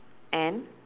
and